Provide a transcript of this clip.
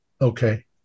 Okay